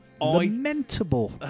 lamentable